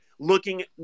Looking